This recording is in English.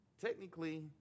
technically